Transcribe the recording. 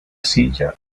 silla